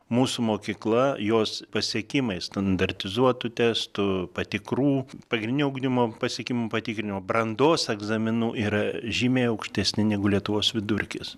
mūsų mokykla jos pasiekimai standartizuotų testų patikrų pagrindinio ugdymo pasiekimų patikrinimo brandos egzaminų yra žymiai aukštesni negu lietuvos vidurkis